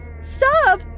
Stop